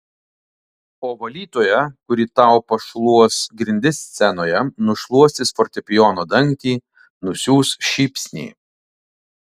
o valytoja kuri tau pašluos grindis scenoje nušluostys fortepijono dangtį nusiųs šypsnį